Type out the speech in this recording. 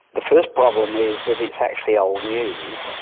the first problem is that it's actually old news,